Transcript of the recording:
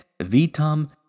vitam